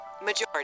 majority